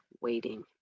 waiting